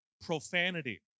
profanity